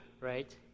right